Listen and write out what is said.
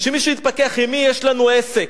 שמישהו יתפכח, עם מי יש לנו עסק.